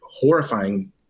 horrifying